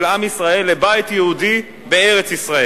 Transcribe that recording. של עם ישראל לבית יהודי בארץ-ישראל,